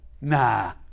Nah